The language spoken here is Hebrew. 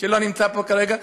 שלא נמצא פה כרגע.